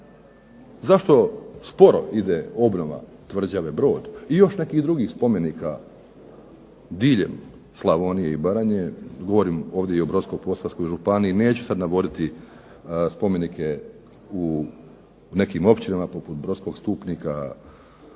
Zašto sporo ide obnova tvrđave Brod i još nekih drugih spomenika diljem Slavonije i Baranje govorim ovdje i o Brodsko-posavskoj županiji. Neću sad navoditi spomenike u nekim općinama poput Brodskog Stupnika